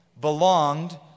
belonged